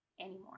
anymore